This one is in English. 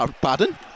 Pardon